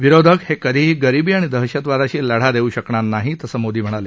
विरोधक हे कधीही गरीबी आणि दहशतवादाशी लढा देऊ शकणार नाहीत असं मोदी म्हणाले